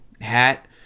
hat